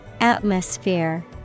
Atmosphere